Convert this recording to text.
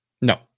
no